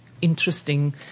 interesting